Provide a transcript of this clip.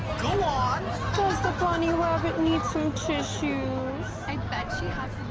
go on! does the bunny wabbit need some tissues? i bet she has